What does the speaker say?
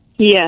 Yes